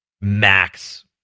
max